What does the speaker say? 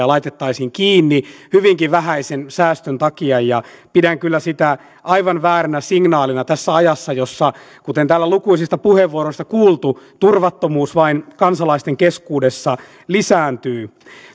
laitettaisiin kiinni hyvinkin vähäisen säästön takia pidän kyllä sitä aivan vääränä signaalina tässä ajassa jossa kuten täällä lukuisista puheenvuoroista on kuultu turvattomuus kansalaisten keskuudessa vain lisääntyy